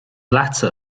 leatsa